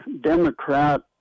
Democrat